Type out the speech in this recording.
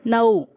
नऊ